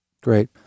great